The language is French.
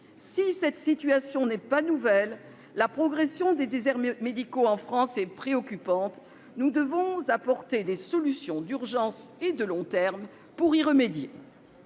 Si cette situation n'est pas nouvelle, la progression des déserts médicaux en France est préoccupante, nous devons apporter des solutions d'urgence et de long terme pour y remédier.